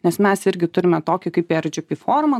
nes mes irgi turime tokį kaip eir džipi formą